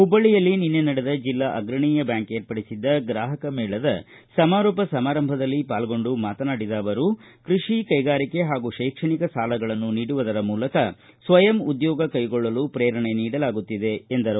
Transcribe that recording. ಹುಬ್ಬಳ್ಳಯಲ್ಲಿ ನಿನ್ನೆ ನಡೆದ ಜಿಲ್ಲಾ ಅಗ್ರಣೀಯ ಬ್ಯಾಂಕ್ ಏರ್ಪಡಿಸಿದ್ದ ಗ್ರಾಹಕ ಮೇಳದ ಸಮಾರೋಪ ಸಮಾರಂಭದಲ್ಲಿ ಪಾಲ್ಗೊಂಡು ಮಾತನಾಡಿದ ಅವರು ಕೃಷಿ ಕೈಗಾರಿಕೆ ಹಾಗೂ ಶೈಕ್ಷಣಿಕ ಸಾಲಗಳನ್ನು ನೀಡುವುದರ ಮೂಲಕ ಸ್ವಯಂ ಉದ್ದೊಲ್ಡಗ ಕೈಗೊಳ್ಳಲು ಪ್ರೇರಣೆ ನೀಡಲಾಗುತ್ತಿದೆ ಎಂದರು